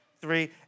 three